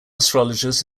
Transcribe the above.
astrologers